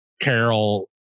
Carol